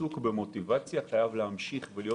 העיסוק במוטיבציה חייב להמשיך להיות